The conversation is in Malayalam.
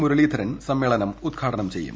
മുരളീധരൻ സമ്മേളനം ഉദ്ഘാടനം ചെയ്യും